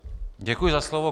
Děkuji za slovo.